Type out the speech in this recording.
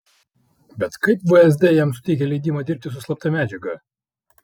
bet kaip vsd jam suteikė leidimą dirbti su slapta medžiaga